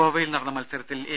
ഗോവയിൽ നടന്ന മത്സരത്തിൽ എ